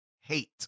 hate